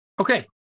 Okay